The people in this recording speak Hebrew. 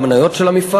שזה בעל המניות של המפעל,